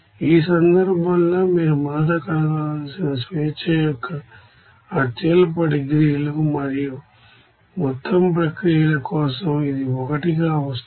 ఈ సందర్భంలో మీరు మొదట కనుగొనాల్సిన స్వేచ్ఛ యొక్క అత్యల్ప డిగ్రీలు మరియు మొత్తం ప్రక్రియల కోసం ఇది 1 గా వస్తోంది